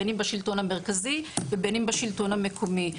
בין אם בשלטון המרכזי ובין אם בשלטון המקומי.